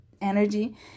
energy